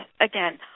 again